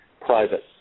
private